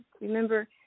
Remember